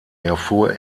erfuhr